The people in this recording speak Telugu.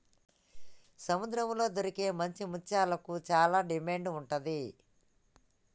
సముద్రాల్లో దొరికే మంచి ముత్యాలకు చానా డిమాండ్ ఉంటది